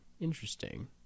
interesting